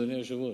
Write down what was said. אדוני היושב-ראש.